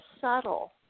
subtle